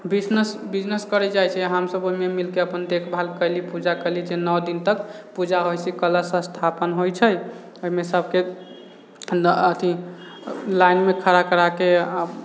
business करै जाइ छै हमसब ओहिमे मिलिकऽ अपन देखभाल कएली पूजा कएली जे नओ दिन तक पूजा होइ छै कलश स्थापन होइ छै ओहिमे सबके अथी लाइनमे खड़ा कराके